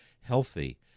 healthy